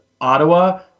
Ottawa